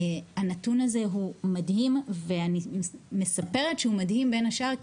הנתון הזה הוא מדהים ואני מספרת שהוא מדהים בין השאר,